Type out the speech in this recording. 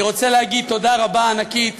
אני רוצה להגיד תודה רבה ענקית